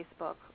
Facebook